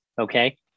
okay